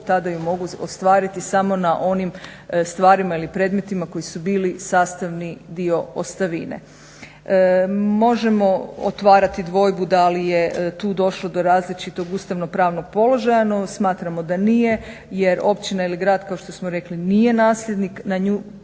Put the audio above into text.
tada je mogu ostvariti samo na onim stvarima ili predmetima koji su bili sastavni dio ostavine. Možemo otvarati dvojbu da li je tu došlo do različitog ustavno-pravnog položaja. No, smatramo da nije jer općina ili grad kao što smo rekli nije nasljednik. Na njih